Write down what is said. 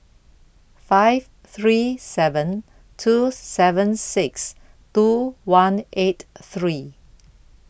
five three seven two seven six two one eight three